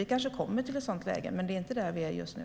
Vi kanske kommer till ett sådant läge, men vi är inte där just nu.